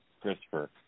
Christopher